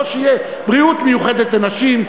לא שתהיה בריאות מיוחדת לנשים,